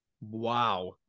Wow